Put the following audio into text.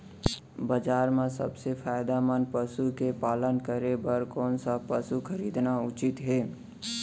बजार म सबसे फायदामंद पसु के पालन करे बर कोन स पसु खरीदना उचित हे?